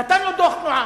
נתן לו דוח תנועה.